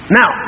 Now